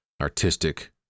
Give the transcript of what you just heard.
artistic